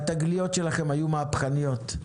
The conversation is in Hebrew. התגליות שלכם היו מהפכניות,